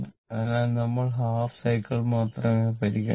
അതിനാൽ നമ്മൾ half cycle മാത്രമേ പരിഗണിക്കൂ